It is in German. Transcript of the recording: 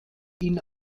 ihn